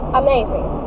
amazing